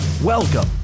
Welcome